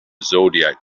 zodiac